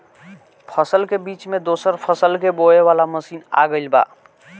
फसल के बीच मे दोसर फसल के बोवे वाला मसीन आ गईल बा